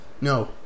No